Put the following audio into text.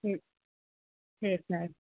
সেটাই